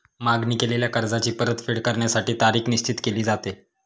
मागणी केलेल्या कर्जाची परतफेड करण्यासाठी तारीख निश्चित केली जाते